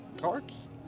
Cards